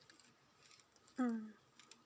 mm